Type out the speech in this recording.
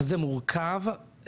זה מורכב,